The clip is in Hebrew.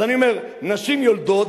אז אני אומר: נשים יולדות,